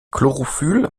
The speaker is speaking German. chlorophyll